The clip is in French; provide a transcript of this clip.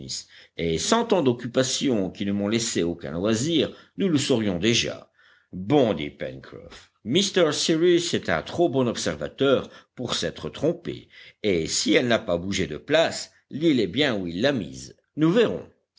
et sans tant d'occupations qui ne m'ont laissé aucun loisir nous le saurions déjà bon dit pencroff m cyrus est un trop bon observateur pour s'être trompé et si elle n'a pas bougé de place l'île est bien où il l'a mise nous verrons